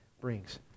brings